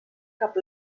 cap